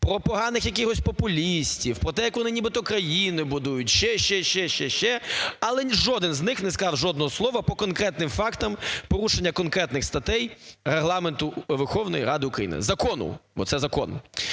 про поганих якихось популістів, про те, як вони нібито країну будують, ще-ще-ще-ще-ще, але жоден з них не сказав жодного слова по конкретним фактам порушення конкретних статей Регламенту Верховної Ради України – закону, бо це закон.